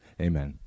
Amen